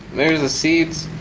there's the seeds.